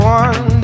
one